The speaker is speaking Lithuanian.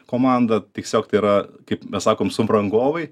komandą tiesiog tai yra kaip mes sakom subrangovai